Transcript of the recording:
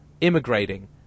immigrating